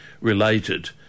related